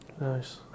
Nice